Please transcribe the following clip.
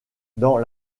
dans